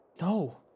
No